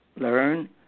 Learn